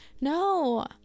no